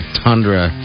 tundra